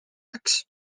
läks